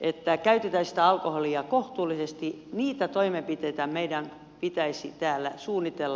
että käytetään sitä alkoholia kohtuullisesti meidän pitäisi täällä suunnitella ja kehitellä